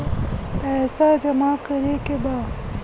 पैसा जमा करे के बा?